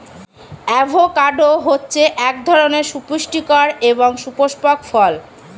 avocado হচ্ছে এক ধরনের সুপুস্টিকর এবং সুপুস্পক ফল